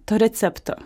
to recepto